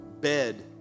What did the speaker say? bed